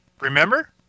Remember